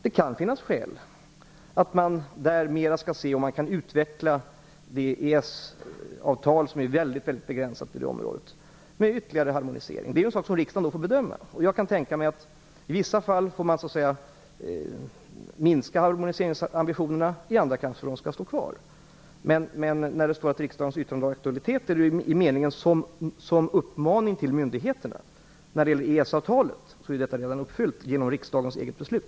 Det kan finnas skäl att där mera se om man skall utveckla EES-avtalet, som är väldigt begränsat i det området, med ytterligare harmonisering. Det är sådant som riksdagen får bedöma. Jag kan tänka mig att man i vissa fall minskar harmoniseringsambitionerna, i andra kanske de skall finnas kvar. När det står att riksdagens yttrande alltjämt har aktualitet är det i meningen som uppmaning till myndigheterna. När det gäller EES-avtalet är detta redan uppfyllt genom riksdagens eget beslut.